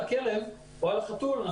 על הכלב או החתול,